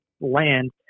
land